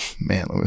man